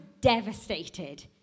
devastated